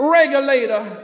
regulator